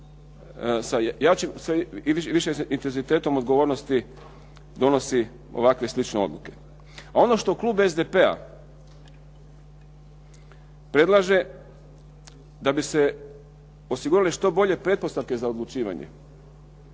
sa većim intenzitetom odgovornosti donosi ovakve i slične odluke. Ono što klub SDP-a predlaže da bi se osigurale što bolje pretpostavke za odlučivanje